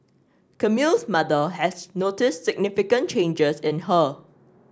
Camille's mother has noticed significant changes in her